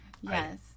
Yes